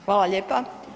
Hvala lijepa.